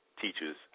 teacher's